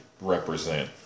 represent